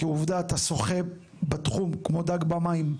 כעובדה אתה שוחה בתחום כמו דג במים.